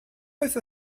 oedd